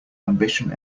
ambition